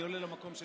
אני עולה למקום שלי.